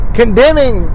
condemning